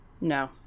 No